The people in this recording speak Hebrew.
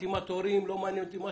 חתימת הורים, מה שתרצו,